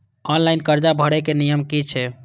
Online कर्जा भरे के नियम की छे?